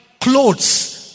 clothes